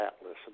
Atlas